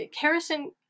Harrison